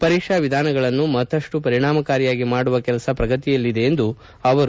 ಪರೀಕ್ಷಾ ವಿಧಾನಗಳನ್ನು ಮತ್ತಷ್ಟು ಪರಿಣಾಮಕಾರಿಯಾಗಿ ಮಾಡುವ ಕೆಲಸ ಪ್ರಗತಿಯಲ್ಲಿದೆ ಎಂದು ಅವರು ಹೇಳಿದ್ದಾರೆ